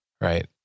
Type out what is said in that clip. Right